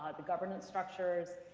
the governance structures,